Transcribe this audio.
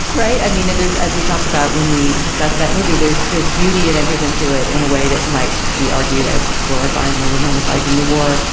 right. i mean, there's as we talked about, when we discuss that movie, there's there's beauty that enters into it in a way that might be argued as glorifying or romanticizing the war.